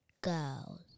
Girls